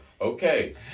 Okay